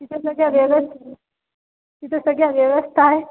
तिथं सगळ्या व्यवस् तिथं सगळ्या व्यवस्था आहे